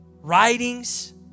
writings